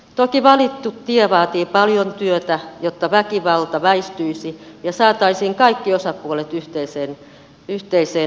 toki valittu tie vaatii paljon työtä jotta väkivalta väistyisi ja saataisiin kaikki osapuolet yhteiseen neuvottelupöytään